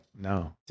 No